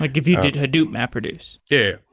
like if you did hadoop mapreduce yeah,